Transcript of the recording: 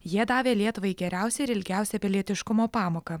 jie davė lietuvai geriausią ir ilgiausią pilietiškumo pamoką